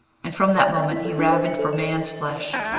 and from that moment he ravened for man's flesh.